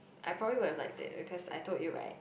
I promise will like that because I told you right